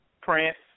Prince